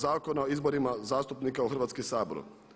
Zakona o izborima zastupnika u Hrvatski sabor.